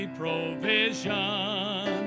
provision